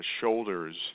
shoulders